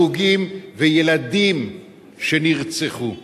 הרוגים וילדים שנרצחו.